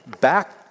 back